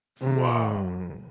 Wow